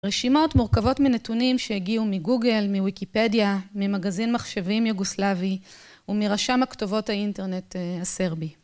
רשימות מורכבות מנתונים שהגיעו מגוגל, מויקיפדיה, ממגזין מחשבים יוגוסלבי, ומרשם הכתובות האינטרנט הסרבי.